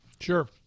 Sure